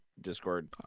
Discord